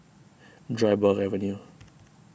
Dryburgh Avenue